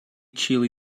chili